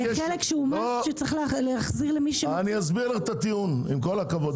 עם כל הכבוד.